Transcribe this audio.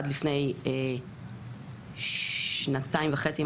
עד לפני שנתיים וחצי,